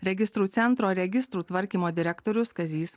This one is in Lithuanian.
registrų centro registrų tvarkymo direktorius kazys